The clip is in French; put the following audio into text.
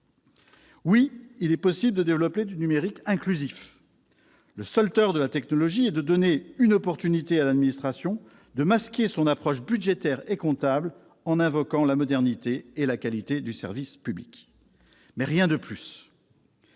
Oui, il est possible de développer du numérique inclusif ; le seul tort de la technologie est de donner une opportunité à l'administration de masquer son approche budgétaire et comptable en invoquant la modernité et la qualité du service public ; mais rien de plus